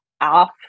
off